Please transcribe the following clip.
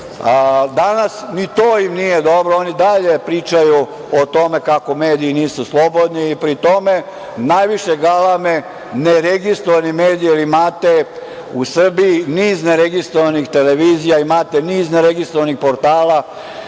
Danas ni to im nije dobro, oni i dalje pričaju o tome kako mediji nisu slobodni i pri tome najviše galame neregistrovani mediji, jer imate u Srbiji niz neregistrovanih televizija, imate niz neregistrovanih portala,